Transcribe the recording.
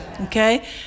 Okay